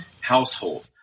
household